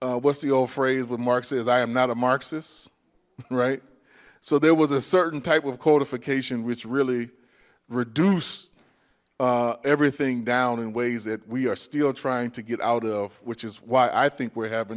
what's the old phrase what mark says i am not a marxist right so there was a certain type of codification which really reduce everything down in ways that we are still trying to get out of which is why i think we're having